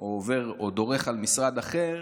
או דורך על משרד אחר.